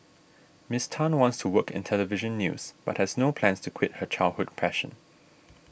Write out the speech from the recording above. Miss Tan wants to work in Television News but has no plans to quit her childhood passion